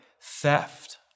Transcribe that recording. theft